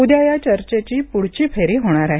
उद्या या चर्चेची पुढची फेरी होणार आहे